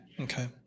Okay